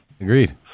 agreed